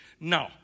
No